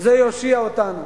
זה יושיע אותנו.